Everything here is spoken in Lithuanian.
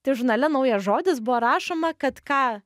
tai žurnale naujas žodis buvo rašoma kad ką